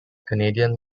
canadian